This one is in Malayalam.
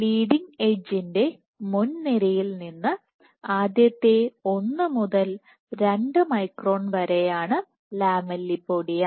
ലീഡിങ് എഡ്ജിൻറെ മുൻനിരയിൽ നിന്ന് ആദ്യത്തെ 1 മുതൽ 2 മൈക്രോൺ വരെയാണ് ലാമെല്ലിപോഡിയ